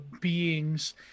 beings